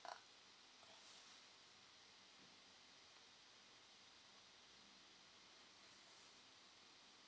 uh